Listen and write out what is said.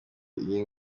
iyi